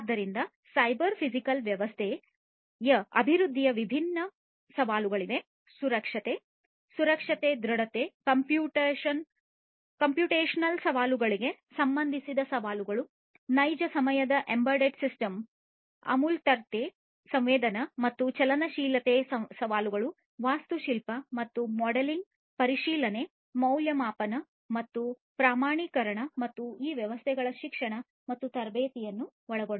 ಆದ್ದರಿಂದ cyber physical ವ್ಯವಸ್ಥೆಯ ಅಭಿವೃದ್ಧಿಯ ವಿಭಿನ್ನ ಸವಾಲುಗಳಿವೆ ಸುರಕ್ಷತೆ ಸುರಕ್ಷತೆ ದೃಢತೆ ಕಂಪ್ಯೂಟೇಶನಲ್ ಸವಾಲುಗಳಿಗೆ ಸಂಬಂಧಿಸಿದ ಸವಾಲುಗಳು ನೈಜ ಸಮಯದ ಎಂಬೆಡೆಡ್ ಸಿಸ್ಟಮ್ ಅಮೂರ್ತತೆ ಸಂವೇದನೆ ಮತ್ತು ಚಲನಶೀಲತೆ ಸವಾಲುಗಳು ವಾಸ್ತುಶಿಲ್ಪ ಮತ್ತು ಮಾಡೆಲಿಂಗ್ ಪರಿಶೀಲನೆ ಮೌಲ್ಯಮಾಪನ ಮತ್ತು ಪ್ರಮಾಣೀಕರಣ ಮತ್ತು ಈ ವ್ಯವಸ್ಥೆಗಳ ಶಿಕ್ಷಣ ಮತ್ತು ತರಬೇತಿಯನ್ನು ಒಳಗೊಂಡಂತೆ